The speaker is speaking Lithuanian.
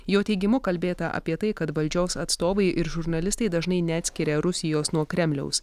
jo teigimu kalbėta apie tai kad valdžios atstovai ir žurnalistai dažnai neatskiria rusijos nuo kremliaus